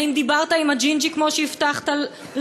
האם דיברת עם הג'ינג'י, כמו שהבטחת לו?